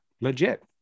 legit